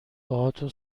باهاتون